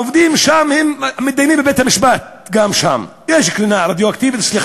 הם ידעו לבד, שלמה